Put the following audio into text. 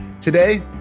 Today